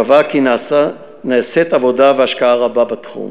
קבעה כי נעשית עבודה והשקעה רבה בתחום.